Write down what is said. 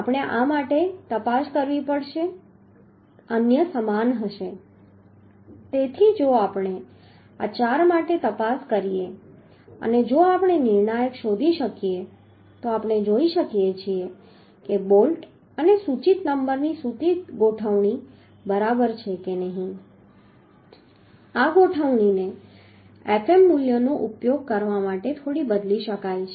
આપણે આ માટે તપાસ કરવી પડશે અને અન્ય સમાન હશે તેથી જો આપણે આ ચાર માટે તપાસ કરીએ અને જો આપણે નિર્ણાયક શોધી કાઢીએ તો આપણે જોઈ શકીએ છીએ કે બોલ્ટ અને સૂચિત નંબરની સૂચિત ગોઠવણી બરાબર છે કે નહીં આ ગોઠવણીને Fm મૂલ્યનો ઉપયોગ કરવા માટે થોડી બદલી શકાય છે